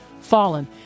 fallen